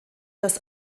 das